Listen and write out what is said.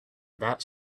that